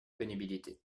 pénibilité